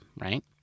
right